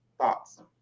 thoughts